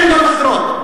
אין עמדות אחרות?